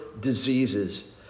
diseases